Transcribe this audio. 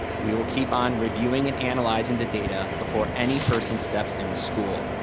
we will keep on reviewing and analyzing the data before any person steps in a school.